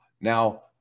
now